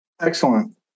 Excellent